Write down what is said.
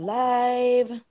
live